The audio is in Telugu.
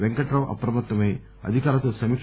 పెంకట్రావు అప్రమత్తమై అధికారులతో సమీక